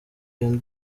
iyo